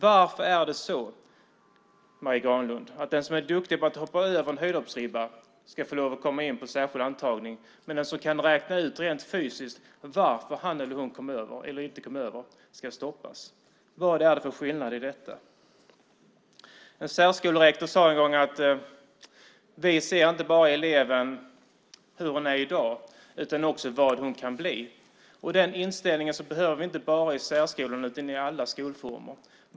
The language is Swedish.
Varför är det så, Marie Granlund, att den som är duktig på att hoppa över en höjdhoppsribba ska få komma in på särskild antagning medan den som kan räkna ut rent fysiskt varför han eller hon kom över eller inte kom över ska stoppas? Vad är det för skillnad i detta? En särskolerektor sade en gång: Vi ser inte bara eleven som hon är i dag utan också vad hon kan bli. Den inställningen behövs inte bara i särskolor utan i alla skolformer.